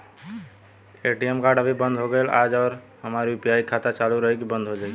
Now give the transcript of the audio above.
ATM card अभी बंद हो गईल आज और हमार यू.पी.आई खाता चालू रही की बन्द हो जाई?